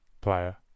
player